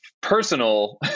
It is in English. Personal